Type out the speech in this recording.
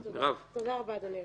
תודה רבה, אדוני היושב-ראש.